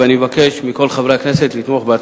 ואני מבקש מכל חברי הכנסת לתמוך בה.